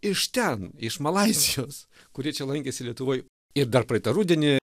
iš ten iš malaizijos kurie čia lankėsi lietuvoj ir dar praeitą rudenį